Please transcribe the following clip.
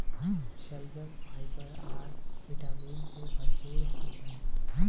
शलजम फाइबर आर विटामिन से भरपूर ह छे